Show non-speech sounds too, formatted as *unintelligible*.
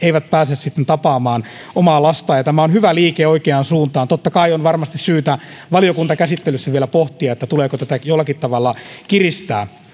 *unintelligible* eivät pääse sitten tapaamaan omaa lastaan ja tämä on hyvä liike oikeaan suuntaan totta kai on varmasti syytä valiokuntakäsittelyssä vielä pohtia tuleeko tätä jollakin tavalla kiristää